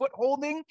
footholding